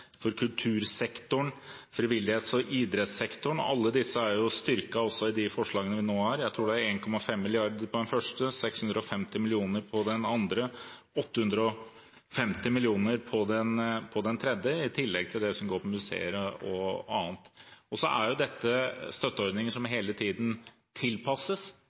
frivillighets- og idrettssektoren, og alle disse er styrket i de forslagene vi nå har. Jeg tror det er 1,5 mrd. kr på den første, 650 mill. kr på den andre og 850 mill. kr på den tredje, i tillegg til det som går til museer og annet. Så er dette støtteordninger som hele tiden tilpasses.